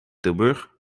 tilburg